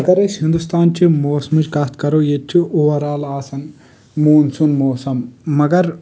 اگر أسۍ ہندوستان چہِ موسمٕچ کتھ کرو ییٚتہِ چھُ اُورآل آسان موٗنسوٗن موسم مگر